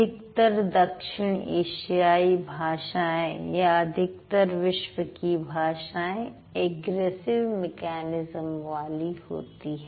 अधिकतर दक्षिण एशियाई भाषाएं या अधिकतर विश्व की भाषाएं अग्रेसिव मेकैनिज्म वाली होती है